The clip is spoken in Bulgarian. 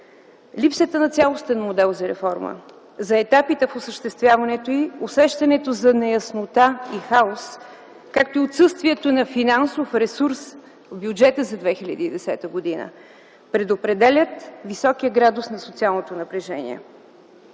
Липсата на цялостен модел за реформа, за етапите в осъществяването й, усещането за неяснота и хаос, както и отсъствието на финансов ресурс в бюджета за 2010 г. предопределят високия градус на социалното напрежение.